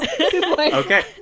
Okay